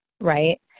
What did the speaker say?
right